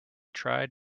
tried